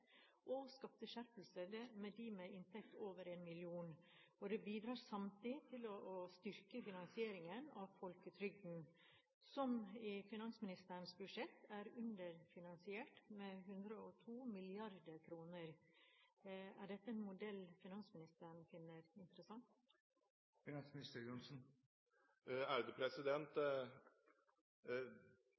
og skatteskjerpelse for dem med inntekt over 1 mill. kr. Det bidrar samtidig til å styrke finansieringen av folketrygden, som i finansministerens budsjett er underfinansiert med 102 mrd. kr. Er dette en modell finansministeren finner interessant?